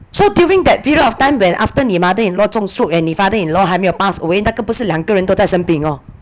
so during that period of time when after 你 mother-in-law 中 stroke and 你 father-in-law 还没有 pass away 那个不是两个人都在生病 orh